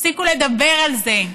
תפסיקו לדבר על זה,